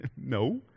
No